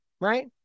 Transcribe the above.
right